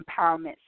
empowerment